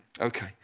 Okay